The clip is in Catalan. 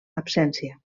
absència